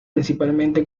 principalmente